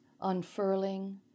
unfurling